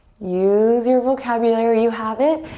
use your vocabulary, you have it.